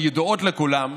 או ידועות לכולם,